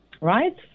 Right